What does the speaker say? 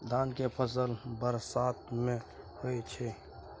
धान के फसल बरसात में होय छै?